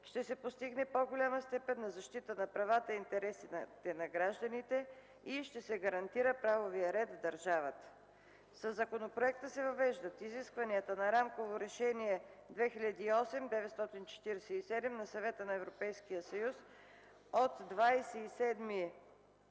ще се постигне по-голяма степен на защита на правата и интересите на гражданите и ще се гарантира правовият ред в държавата. Със законопроекта се въвеждат изискванията на Рамково решение 2008/947/ПВР на Съвета на Европейския съюз от 27 ноември